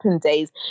days